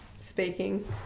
speaking